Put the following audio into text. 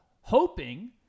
Hoping